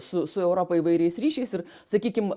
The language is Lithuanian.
su su europa įvairiais ryšiais ir sakykim